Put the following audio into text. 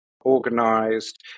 organized